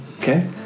Okay